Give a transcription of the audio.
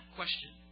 question